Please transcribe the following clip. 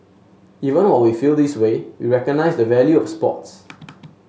even all we feel this way we recognise the value of sports